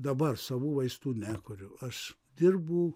dabar savų vaistų nekuriu aš dirbu